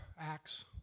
Acts